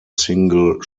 single